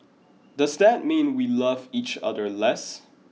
does that mean we love each other less